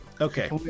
Okay